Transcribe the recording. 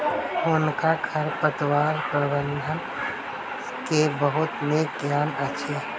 हुनका खरपतवार प्रबंधन के बहुत नीक ज्ञान अछि